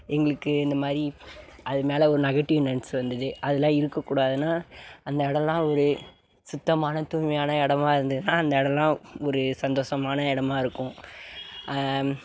எங்களுக்கு இந்த மாதிரி அது மேலே ஒரு நெகட்டிவ்னன்ஸ் வந்தது அதலாம் இருக்கக்கூடாதுனா அந்த எடலாம் ஒரு சுத்தமான தூய்மையான இடமா இருந்ததுனா அந்த எடலாம் ஒரு சந்தோசமான இடமா இருக்கும்